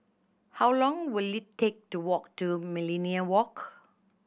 how long will it take to walk to Millenia Walk